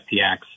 FTX